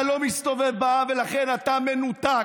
אתה לא מסתובב בעם ולכן אתה מנותק.